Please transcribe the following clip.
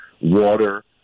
water